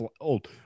old